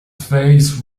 face